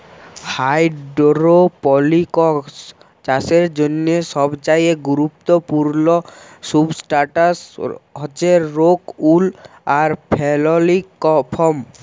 hydroponics চাষের জ্যনহে সবচাঁয়ে গুরুত্তপুর্ল সুবস্ট্রাটাস হছে রোক উল আর ফেললিক ফম